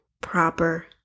proper